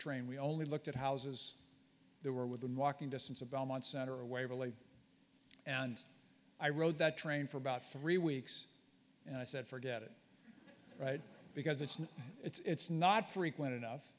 train we only looked at houses there were within walking distance of belmont center of waverly and i rode that train for about three weeks and i said forget it because it's not it's not frequent enough